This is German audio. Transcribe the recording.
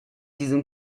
diesem